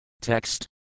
Text